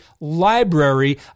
library